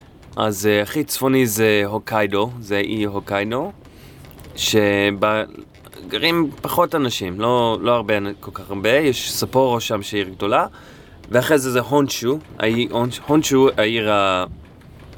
אז הכי צפוני זה הוקיידו, זה אי הוקיידו שגרים פחות אנשים, לא כל כך הרבה, יש ספורו שם שהיא עיר גדולה ואחרי זה זה הונשו, העיר ה...